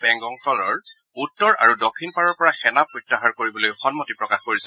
পেংগং হুদৰ উত্তৰ আৰু দক্ষিণ পাৰৰ পৰা সেনা প্ৰত্যাহাৰ কৰিবলৈ সন্মতি প্ৰকাশ কৰিছে